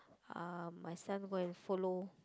uh my son go and follow